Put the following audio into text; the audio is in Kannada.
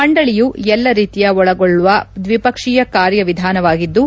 ಮಂಡಳಿಯು ಎಲ್ಲ ರೀತಿಯ ಒಳಗೊಳ್ಳುವ ದ್ವಿಪಕ್ಷೀಯ ಕಾರ್ಯವಿಧಾನವಾಗಿದ್ದು